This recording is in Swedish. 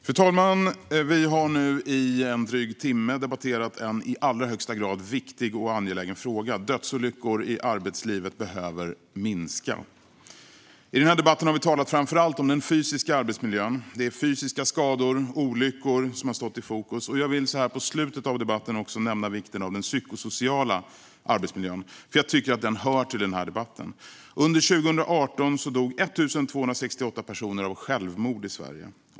Fru talman! Vi har nu i drygt en timme debatterat en i allra högsta grad viktig och angelägen fråga. Dödsolyckorna i arbetslivet behöver minska. I den här debatten har vi framför allt talat om den fysiska arbetsmiljön. Det är fysiska skador, olyckor, som har stått i fokus. Jag vill så här mot slutet av debatten också nämna vikten av den psykosociala arbetsmiljön, för jag tycker att den hör till debatten. Under 2018 dog 1 268 personer av självmord i Sverige.